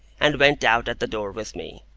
and went out at the door with me.